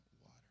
water